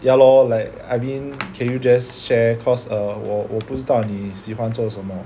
ya lor like I mean can you just share cause err 我我不知道你喜欢做什么